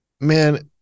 Man